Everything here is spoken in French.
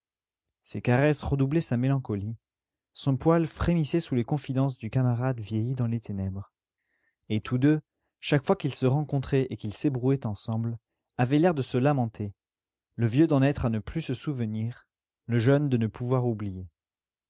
ces caresses redoublaient sa mélancolie son poil frémissait sous les confidences du camarade vieilli dans les ténèbres et tous deux chaque fois qu'ils se rencontraient et qu'ils s'ébrouaient ensemble avaient l'air de se lamenter le vieux d'en être à ne plus se souvenir le jeune de ne pouvoir oublier